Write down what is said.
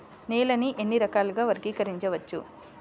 నేలని ఎన్ని రకాలుగా వర్గీకరించవచ్చు?